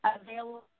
available